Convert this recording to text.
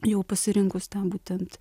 jau pasirinkus tą būtent